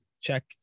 check